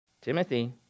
Timothy